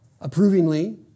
approvingly